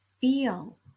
Feel